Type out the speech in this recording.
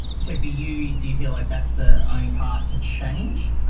so for you, do you feel like that's the only part to change?